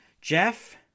Jeff